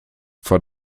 vor